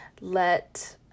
let